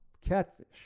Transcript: Catfish